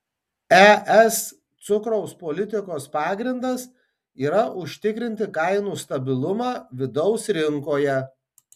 es cukraus politikos pagrindas yra užtikrinti kainų stabilumą vidaus rinkoje